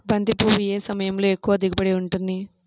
బంతి పువ్వు ఏ సమయంలో ఎక్కువ దిగుబడి ఉంటుంది?